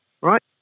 right